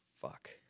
fuck